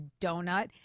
donut